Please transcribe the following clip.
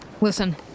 Listen